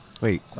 Wait